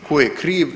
Tko je kriv?